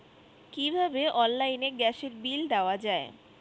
কিভাবে অনলাইনে গ্যাসের বিল দেওয়া যায়?